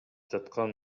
жаткан